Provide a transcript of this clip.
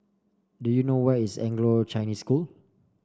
do you know where is Anglo Chinese School